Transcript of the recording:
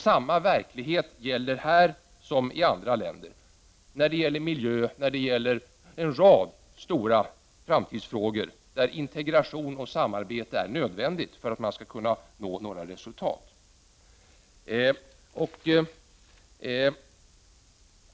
Samma verklighet gäller här som i andra länder när det gäller miljö och en rad stora framtidsfrågor där integration och samarbete är nödvändiga delar för att man skall kunna nå resultat.